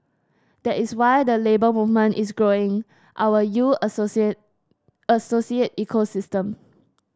that is why the Labour Movement is growing our U Associate Associate ecosystem